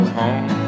home